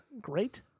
Great